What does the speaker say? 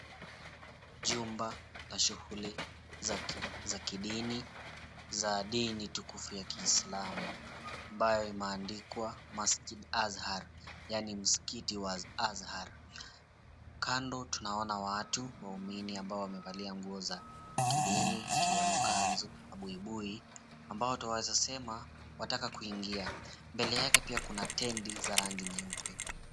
Jumba la shughuli za kidini, za dini tukufu ya Kiislamu ambayo imeandikwa Masjid Azhar yaani msikiti wa Azhar. Kando tunaona watu waumini ambao wamevalia nguo za kidini ikiwemo kama kanzu na buibui ambao twaweza sema wataka kuingia, mbele yake pia kuna tenti za rangi nyeupe.